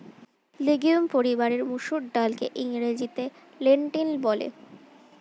legume পরিবারের মুসুর ডালকে ইংরেজিতে লেন্টিল বলে